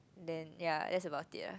then ya that's about it ah